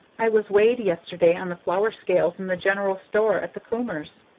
i was weighed yesterday on the flour scales in the general store at the comers.